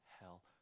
hell